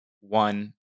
one